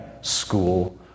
School